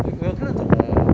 我有看得那种的 ah